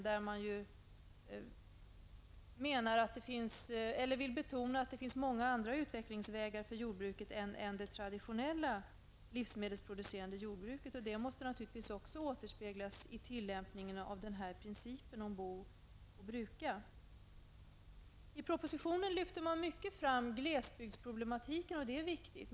Det bör betonas att det finns många andra utvecklingsvägar för jordbruket än det traditionella livsmedelsproducerande jordbruket. Detta måste naturligtvis också återspeglas i tillämpningen av principen bo och bruka. I propositionen lyfter man fram glesbygdsproblemet mycket, och det är viktigt.